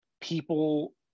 people